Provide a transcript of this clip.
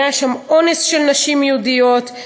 היה שם אונס של נשים יהודיות.